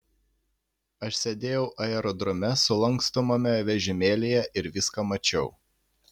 aš sėdėjau aerodrome sulankstomame vežimėlyje ir viską mačiau